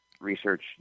research